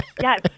Yes